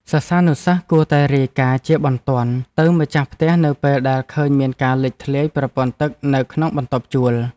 សិស្សានុសិស្សគួរតែរាយការណ៍ជាបន្ទាន់ទៅម្ចាស់ផ្ទះនៅពេលដែលឃើញមានការលេចធ្លាយប្រព័ន្ធទឹកនៅក្នុងបន្ទប់ជួល។